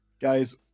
Guys